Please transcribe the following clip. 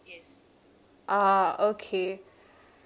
oh okay